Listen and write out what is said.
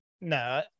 No